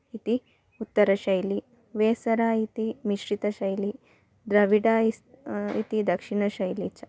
इति उत्तरशैली वेसरा इति मिश्रितशैली द्रविडा इति इति दक्षिणशैली च